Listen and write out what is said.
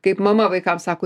kaip mama vaikams sako